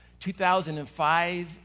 2005